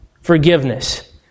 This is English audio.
forgiveness